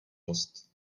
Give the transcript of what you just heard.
post